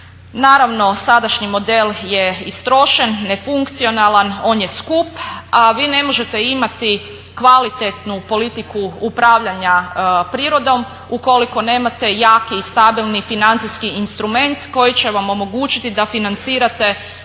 Naravno, sadašnji model je istrošen, nefunkcionalan, on je skup a vi ne možete imati kvalitetnu politiku upravljanja prirodom ukoliko nemate jaki i stabilni financijski instrument koji će vam omogućiti da financirate upravo